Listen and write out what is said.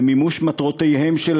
גם אם לא לכיסם, למימוש מטרותיהם שלהם,